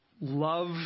Love